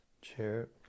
chair